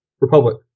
Republic